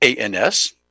ANS